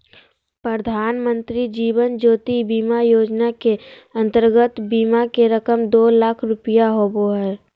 प्रधानमंत्री जीवन ज्योति बीमा योजना के अंतर्गत बीमा के रकम दो लाख रुपया होबो हइ